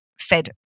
Fed